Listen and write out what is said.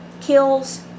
kills